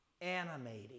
animating